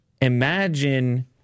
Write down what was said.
Imagine